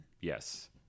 Yes